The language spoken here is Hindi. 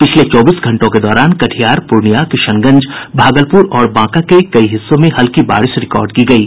पिछले चौबीस घंटों के दौरान कटिहार पूर्णियां किशनगंज भागलपुर और बांका के कई हिस्सों में हल्की बारिश रिकॉर्ड की गयी